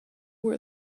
where